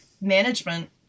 management